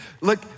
Look